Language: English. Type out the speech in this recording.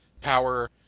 power